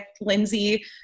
Lindsay